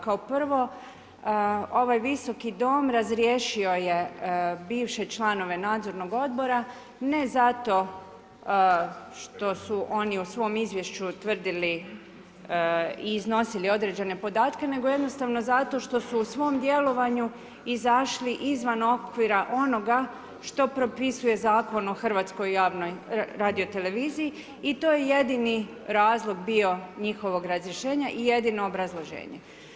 Kao prvo ovaj Visoki dom razriješio je bivše članove Nadzornog odbora ne zato što su oni u svom izvješću tvrdili i iznosili određene podatke, nego jednostavno zato što su u svom djelovanju izašli izvan okvira onoga što propisuje Zakon o Hrvatskoj javnoj radioteleviziji i to je jedini razlog bio njihovog razrješenja i jedino obrazloženje.